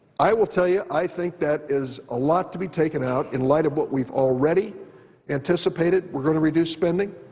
i will tell you, i think that is a lot to be taken out in light of what we've already anticipated we're going to reduce spending.